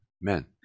men